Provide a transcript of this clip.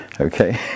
Okay